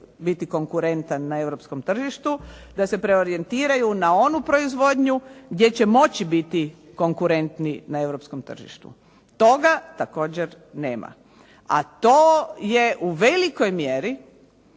biti konkurentan na europskom tržištu, da se preorijentiraju na onu proizvodnju gdje će moći biti konkurentni na europskom tržištu. Toga također nema. A to je u velikoj mjeri